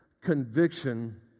conviction